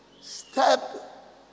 Step